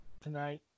tonight